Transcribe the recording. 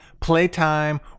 playtime